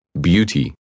Beauty